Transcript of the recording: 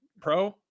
pro